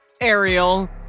Ariel